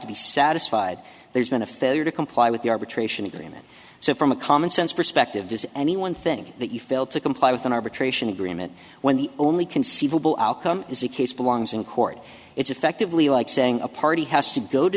to be satisfied there's been a failure to comply with the arbitration agreement so from a common sense perspective does anyone think that you failed to comply with an arbitration agreement when the only conceivable outcome is the case belongs in court it's effectively like saying a party has to go to